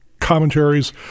commentaries